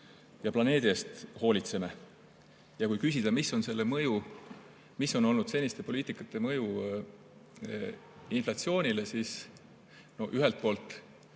ja planeedi eest hoolitseme. Kui küsida, mis on olnud seniste poliitikate mõju inflatsioonile, siis ühelt poolt